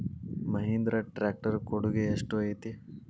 Mahindra tractor ಕೊಡುಗೆ ಎಷ್ಟು ಐತಿ?